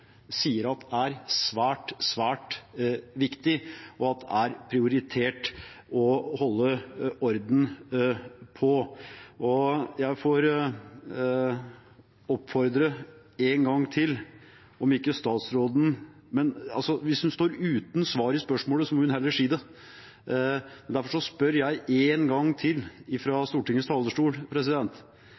sier er svært, svært viktig og er prioritert å holde orden på. Jeg får oppfordre statsråden en gang til. Hvis hun står uten svar på spørsmålet, må hun heller si det. Derfor spør jeg en gang til fra Stortingets talerstol: